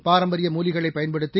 பாரம்பரிய மூலிகைகளை பயன்படுத்தி